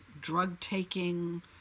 drug-taking